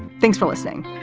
thanks for listening.